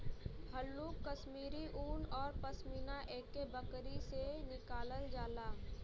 हल्लुक कश्मीरी उन औरु पसमिना एक्के बकरी से निकालल जाला